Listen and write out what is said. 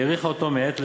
היא האריכה אותו מעת לעת,